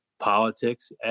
politics